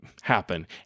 happen